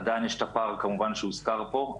עדיין יש את הפער, כמובן, שהזוכר פה.